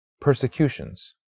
persecutions